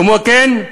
כמו כן,